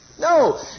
No